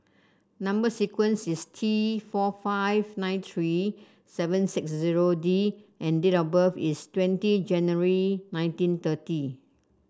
number sequence is T four five nine three seven six zero D and date of birth is twenty January nineteen thirty